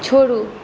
छोड़ू